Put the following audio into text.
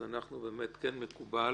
אז באמת כן מקובל